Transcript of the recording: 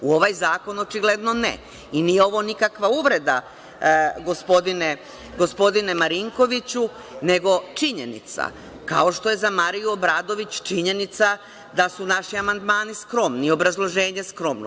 U ovaj zakon očigledno ne i nije ova nikakva uvreda, gospodine Marinkoviću, nego činjenica, kao što je za Mariju Obradović činjenica da su naši amandmani skromni i obrazloženje skromno.